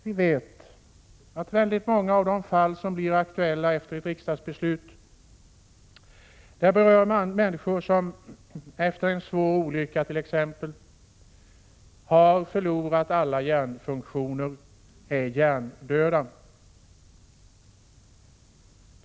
Vi vet att väldigt många av de fall som blir aktuella efter ett riksdagsbeslut berör människor som t.ex. efter en svår olycka har förlorat alla hjärnfunktioner, är hjärndöda.